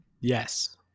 Yes